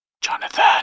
Jonathan